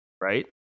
Right